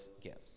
gifts